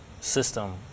system